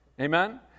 Amen